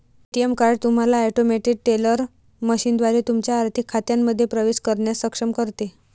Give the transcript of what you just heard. ATM card तुम्हाला automated teller मशीनद्वारे तुमच्या आर्थिक खात्यांमध्ये प्रवेश करण्यास सक्षम करते